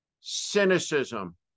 cynicism